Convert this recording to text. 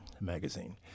magazine